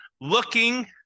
looking